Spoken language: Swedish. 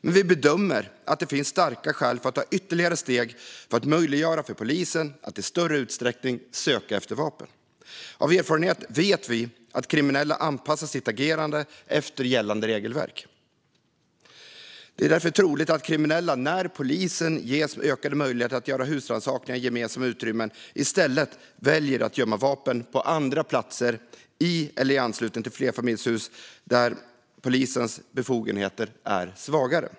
Men vi bedömer att det finns starka skäl att ta ytterligare steg för att möjliggöra för polisen att i större utsträckning söka efter vapen. Av erfarenhet vet vi att kriminella anpassar sitt agerande efter gällande regelverk. Det är därför troligt att kriminella, när polisen ges ökade möjligheter att göra husrannsakan i gemensamma utrymmen, i stället väljer att gömma vapen på andra platser i eller i anslutning till flerfamiljshus där polisens befogenheter är svagare.